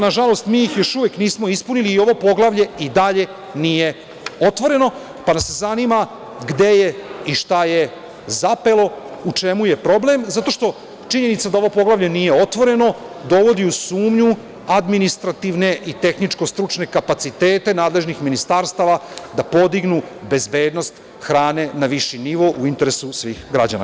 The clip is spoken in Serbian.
Na žalost, mi ih još uvek nismo ispunili i ovo poglavlje i dalje nije otvoreno, pa nas zanima gde je i šta je zapelo, u čemu je problem, jer činjenica da ovo poglavlje nije otvoreno dovodi u sumnju administrativne i tehničko-stručne kapacitete nadležnih ministarstava da podignu bezbednost hrane na viši nivo, a u interesu svih građana.